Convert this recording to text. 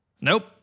Nope